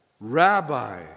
Rabbi